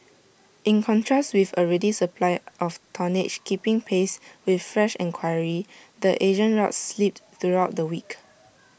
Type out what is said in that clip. in contrast with A ready supply of tonnage keeping pace with fresh enquiry the Asian routes slipped throughout the week